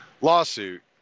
lawsuit